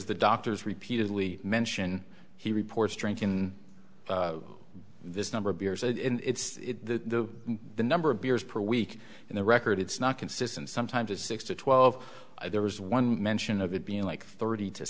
because the doctors repeatedly mention he reports drinking in this number of years and it's the the number of beers per week in the record it's not consistent sometimes it's six to twelve there was one mention of it being like thirty to